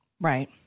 Right